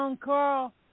Carl